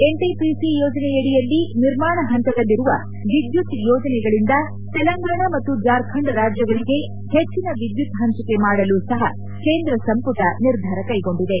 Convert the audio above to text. NTPC ಯೋಜನೆಯಡಿಯಲ್ಲಿ ನಿರ್ಮಾಣ ಹಂತದಲ್ಲಿರುವ ವಿದ್ಯುತ್ ಯೋಜನೆಗಳಿಂದ ತೆಲಂಗಾಣ ಮತ್ತು ಜಾರ್ಖಂಡ್ ರಾಜ್ಯಗಳಿಗೆ ಹೆಚ್ಚಿನ ವಿದ್ಯುತ್ ಹಂಚಿಕೆ ಮಾಡಲೂ ಸಹ ಕೇಂದ್ರ ಸಂಪುಟ ನಿರ್ಧಾರ ಕೈಗೊಂಡಿದೆ